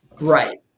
right